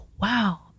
wow